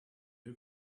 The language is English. who